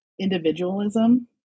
individualism